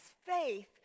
faith